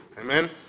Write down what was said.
Amen